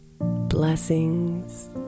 Blessings